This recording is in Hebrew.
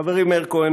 חברי מאיר כהן,